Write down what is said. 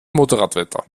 motorradwetter